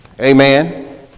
Amen